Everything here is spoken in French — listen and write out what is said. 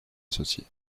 associé